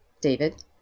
David